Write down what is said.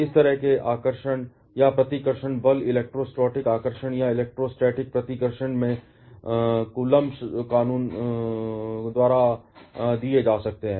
इस तरह के आकर्षण या प्रतिकर्षण बल इलेक्ट्रोस्टैटिक आकर्षण या इलेक्ट्रोस्टैटिक प्रतिकर्षण के कॉल्मोब्स कानून द्वारा दिए जा सकते हैं